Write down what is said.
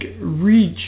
reach